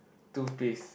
two piece